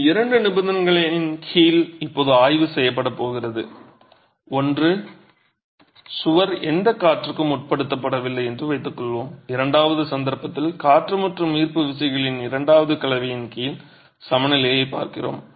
இது இரண்டு நிபந்தனைகளின் கீழ் இப்போது ஆய்வு செய்யப்பட போகிறது ஒன்று சுவர் எந்த காற்றுக்கும் உட்படுத்தப்படவில்லை என்று வைத்துக்கொள்வோம் இரண்டாவது சந்தர்ப்பத்தில் காற்று மற்றும் ஈர்ப்பு விசைகள் இரண்டின் கலவையின் கீழ் சமநிலையைப் பார்க்கிறோம்